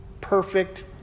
perfect